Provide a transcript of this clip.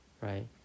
right